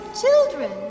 children